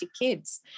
kids